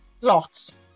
Lots